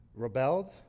Rebelled